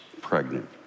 pregnant